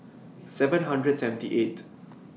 seven hundred seventy eight